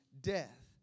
death